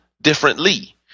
differently